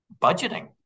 budgeting